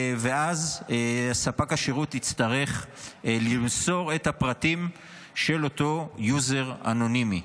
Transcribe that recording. ואז ספק השירות יצטרך למסור את הפרטים של אותו יוזר אנונימי.